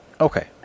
Okay